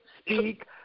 speak